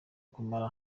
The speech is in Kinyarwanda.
kumara